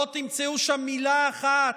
לא תמצאו שם מילה אחת,